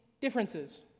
differences